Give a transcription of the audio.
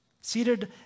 Seated